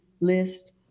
list